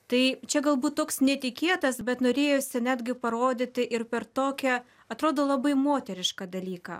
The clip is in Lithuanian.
tai čia galbūt toks netikėtas bet norėjosi netgi parodyti ir per tokią atrodo labai moterišką dalyką